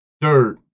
Dirt